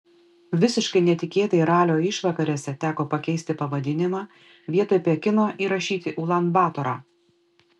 visiškai netikėtai ralio išvakarėse teko pakeisti pavadinimą vietoj pekino įrašyti ulan batorą